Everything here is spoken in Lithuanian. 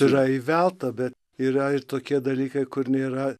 yra įvelta bet yra ir tokie dalykai kur nėra